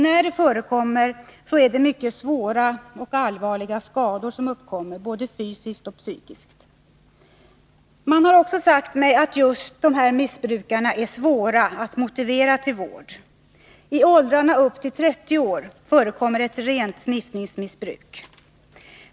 När det förekommer är det mycket svåra och allvarliga skador som uppkommer, både fysiskt och psykiskt. Man har också sagt mig att just dessa missbrukare är svåra att motivera för vård. I åldrarna upp till 30 år förekommer ett rent sniffningsmissbruk.